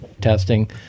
testing